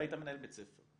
והיית מנהל בית ספר.